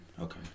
Okay